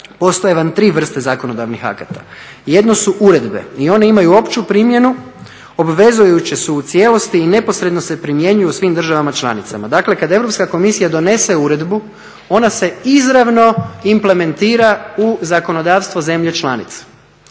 Postoje vam tri vrste zakonodavnih akata. Jedno su uredbe i one imaju opću primjenu, obvezujuće su u cijelosti i neposredno se primjenjuju u svim državama članicama. Dakle kada Europska komisija donese uredbu ona se izravno implementira u zakonodavstvo zemlje članica.